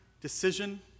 decision